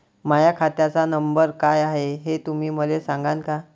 माह्या खात्याचा नंबर काय हाय हे तुम्ही मले सागांन का?